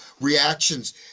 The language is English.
reactions